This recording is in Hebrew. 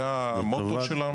זה המוטו שלנו.